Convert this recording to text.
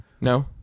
No